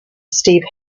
steve